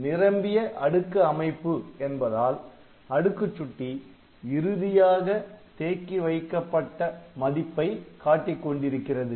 நிரம்பிய அடுக்கு அமைப்பு என்பதால் அடுக்குச் சுட்டி இறுதியாக தேக்கி வைக்கப்பட்ட மதிப்பை காட்டிக் கொண்டிருக்கிறது